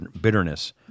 bitterness